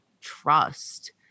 trust